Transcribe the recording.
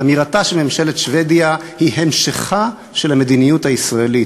אמירתה של ממשלת שבדיה היא המשכה של המדיניות הישראלית.